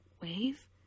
Wave